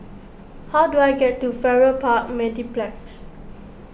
how do I get to Farrer Park Mediplex